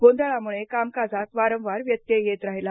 गोंधळामुळे कामकाजात वारंवार व्यत्यय येत राहिला